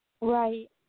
Right